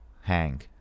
hang